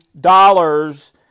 dollars